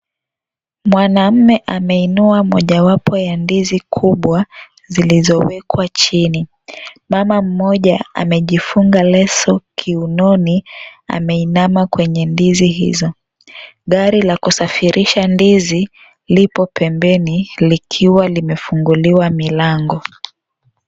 Mwanaume ameinua mojawapo ya ndizi kubwa, zilizowekwa chini. Mama mmoja amejifunga leso kiunoni, ameinama kwenye ndizi hizo. Gari lakusafirisha ndizi, lipo pembeni, likiwa limefunguliwa milango.